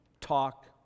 talk